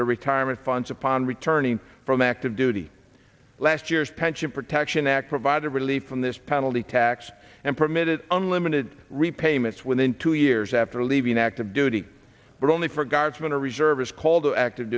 their retirement funds upon returning from active duty last year's pension protection act provided relief from this penalty tax and permitted unlimited repayments within two years after leaving active duty but only for guardsman a reservist called to active